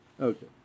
Okay